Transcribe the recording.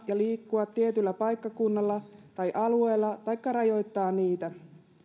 ja liikkua tietyllä paikkakunnalla tai alueella taikka rajoittaa niitä